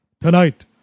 Tonight